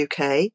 uk